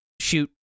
shoot